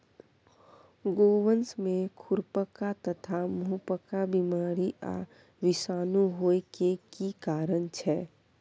गोवंश में खुरपका तथा मुंहपका बीमारी आ विषाणु होय के की कारण छै?